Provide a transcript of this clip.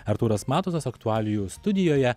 artūras matusas aktualijų studijoje